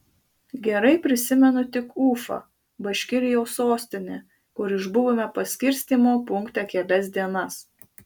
gerai prisimenu tik ufą baškirijos sostinę kur išbuvome paskirstymo punkte kelias dienas